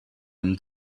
him